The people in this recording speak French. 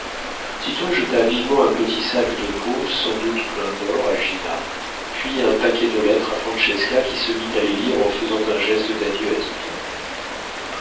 jeta vivement un petit sac de peau sans doute plein d'or à gina puis un paquet de lettres à francesca qui se mit à les lire en faisant un geste d'adieu à